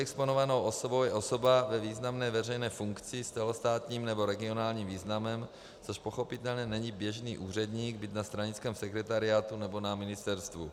Politicky exponovanou osobou je osoba ve významné veřejné funkci s celostátním nebo regionálním významem, což pochopitelně není běžný úředník, byť na stranickém sekretariátu nebo na ministerstvu.